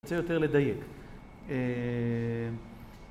אני רוצה יותר לדייק